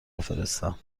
بفرستم